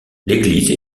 l’église